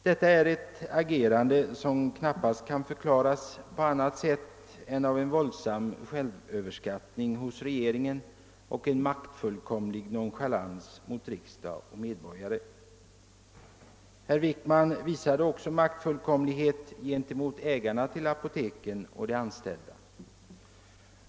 Detta är ett agerande som knappast kan förklaras på annat sätt än av en våldsam självöverskattning hos regeringen och en maktfullkomlig nonchalans mot riksdag och medborgare. Herr Wickman visade också maktfullkomlighet gentemot ägarna till apoteken och de anställda.